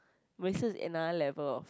Marisa is another level of